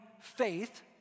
faith—